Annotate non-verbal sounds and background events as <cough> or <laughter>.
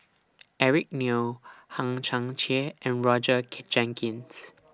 Eric Neo Hang Chang Chieh and Roger <noise> Jenkins